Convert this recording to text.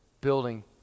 Building